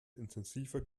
intensiver